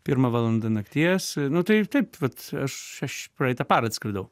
pirma valanda nakties nu tai taip vat aš aš praeitą parą atskridau